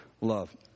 love